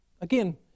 Again